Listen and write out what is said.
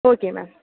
okay ma'am